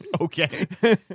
Okay